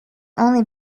only